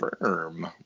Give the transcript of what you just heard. firm